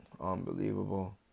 Unbelievable